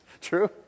True